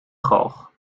galg